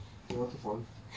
cari waterfall